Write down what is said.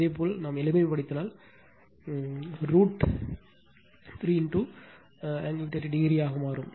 இதேபோல் எளிமைப்படுத்தினால் அது இதேபோல் ரூட் 3 ஆங்கிள் 30o ஆக மாறும்